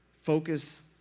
focus